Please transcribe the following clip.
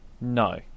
No